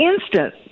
instant